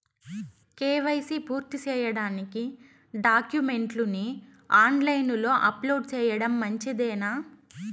KYC పూర్తి సేయడానికి డాక్యుమెంట్లు ని ఆన్ లైను లో అప్లోడ్ సేయడం మంచిదేనా?